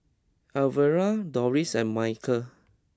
Alvera Dorris and Michel